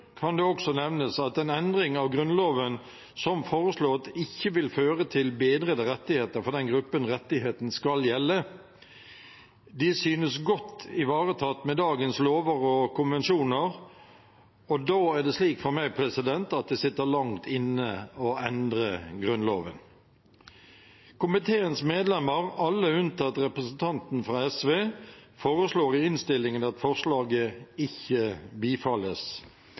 kan det nevnes at en endring av Grunnloven som foreslått ikke vil føre til bedrede rettigheter for den gruppen rettighetene skal gjelde for. De synes godt ivaretatt med dagens lover og konvensjoner, og da er det slik for meg at det sitter langt inne å endre Grunnloven. Komiteens medlemmer, alle unntatt representanten fra SV, foreslår i innstillingen at forslaget ikke bifalles.